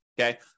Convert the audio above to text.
Okay